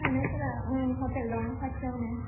जानायफोरा ओं हटेल दङो खाथियावनो